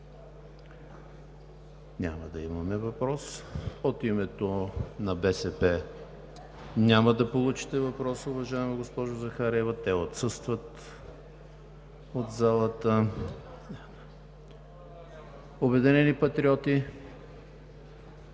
няма да имаме въпрос. От името на БСП няма да получите въпрос, уважаема госпожо Захариева, те отсъстват от залата. „Обединени патриоти“